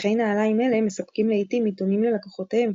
מצחצחי נעליים אלה מספקים לעיתים עיתונים ללקוחותיהם,